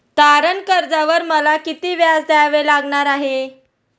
तारण कर्जावर मला किती व्याज द्यावे लागणार आहे?